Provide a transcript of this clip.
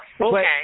Okay